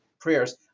prayers